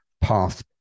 path